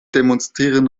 demonstrieren